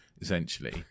essentially